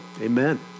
Amen